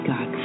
God